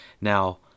now